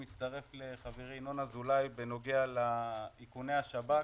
אני מצטרף לחברי ינון אזולאי בנוגע לאיכוני השב"כ.